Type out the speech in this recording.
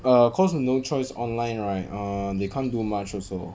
err cause no choice online right err they can't do much also